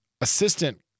assistant